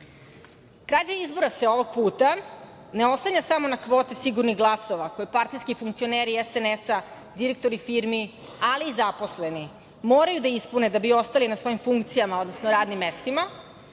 izbora se ovog puta ne oslanja samo na kvote sigurnih glasova koje partijski funkcioneri SNS-a, direktori firmi, ali i zaposleni moraju da ispune da bi ostali na svojim funkcijama, odnosno radnim mestima,